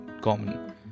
common